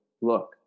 look